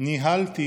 ניהלתי